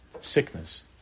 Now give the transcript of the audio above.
sickness